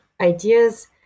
ideas